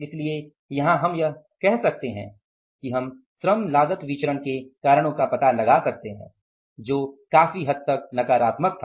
इसलिए यहां हम यह कर सकते हैं कि हम श्रम लागत विचरण के कारणों का पता लगा सकते हैं जो काफी हद तक नकारात्मक था